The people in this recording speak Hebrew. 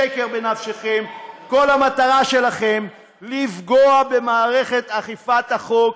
כל המטרה שלכם לפגוע במערכת אכיפת החוק.